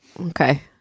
okay